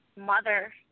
mother